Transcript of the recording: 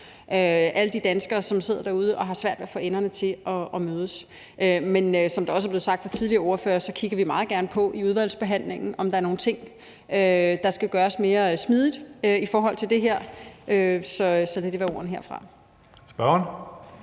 alle de danskere, som sidder derude og har svært ved at få enderne til at mødes. Men som der også er blevet sagt fra tidligere ordførere, kigger vi meget gerne på i udvalgsbehandlingen, om der er noget, der skal gøres mere smidigt i forhold til det her. Lad det være ordene herfra.